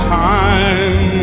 time